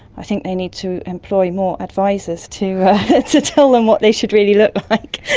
i think they need to employ more advisers to to tell them what they should really look like.